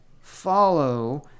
follow